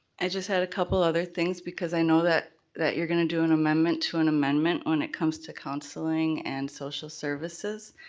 i just had a couple other things because i know that that you're gonna do and amendment to an amendment when it comes to counseling and social services,